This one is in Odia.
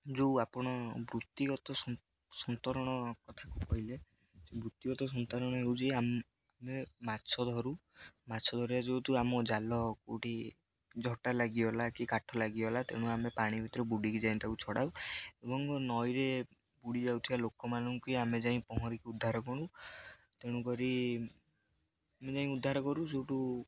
ଯେଉଁ ଆପଣ ବୃତ୍ତିଗତ ସନ୍ତରଣ କଥାକୁ କହିଲେ ବୃତ୍ତିଗତ ସନ୍ତରଣ ହେଉଛି ଆମେ ମାଛ ଧରୁ ମାଛ ଧରିବା ଜୋତ ଆମ ଜାଲ କେଉଁଠି ଝଟା ଲାଗିଗଲା କି କାଠ ଲାଗିଗଲା ତେଣୁ ଆମେ ପାଣି ଭିତରେ ବୁଡ଼ିକି ଯାଇ ତାକୁ ଛଡ଼ାଉ ଏବଂ ନଈରେ ବୁଡ଼ି ଯାଉଥିବା ଲୋକମାନଙ୍କୁ ଆମେ ଯାଇ ପହଁରିକି ଉଦ୍ଧାର କରୁ ତେଣୁକରି ଆମେ ଯାଇ ଉଦ୍ଧାର କରୁ ସେଉଁଠୁ